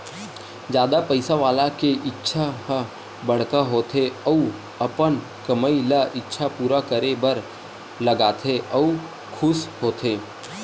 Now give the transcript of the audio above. जादा पइसा वाला के इच्छा ह बड़का होथे अउ अपन कमई ल इच्छा पूरा करे बर लगाथे अउ खुस होथे